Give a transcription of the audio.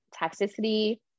toxicity